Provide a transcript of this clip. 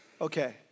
Okay